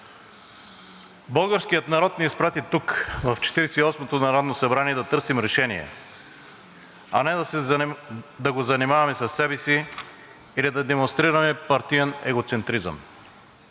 Българският народ ни изпрати тук, в Четиридесет и осмото народно събрание, да търсим решения, а не да го занимаваме със себе си или да демонстрираме партиен егоцентризъм.